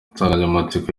insanganyamatsiko